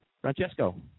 Francesco